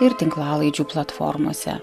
ir tinklalaidžių platformose